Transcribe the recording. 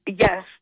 Yes